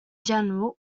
general